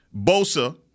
Bosa